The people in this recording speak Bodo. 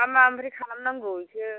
मा माबोरै खालामनांगौ